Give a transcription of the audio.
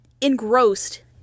engrossed